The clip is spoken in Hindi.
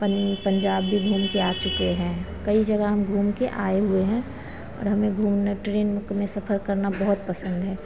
पन पंजाब भी घूमकर आ चुके हैं कई जगह हम घूमकर आए हुए हैं और हमें घूमना ट्रेन में सफ़र करना बहुत पसन्द है